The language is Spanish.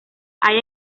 haya